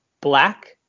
black